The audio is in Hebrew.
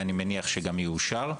ואני מניח שגם יאושר,